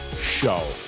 Show